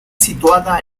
situada